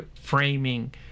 framing